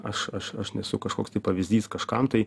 aš aš aš nesu kažkoks tai pavyzdys kažkam tai